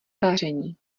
vaření